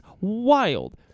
wild